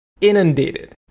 inundated